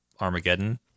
Armageddon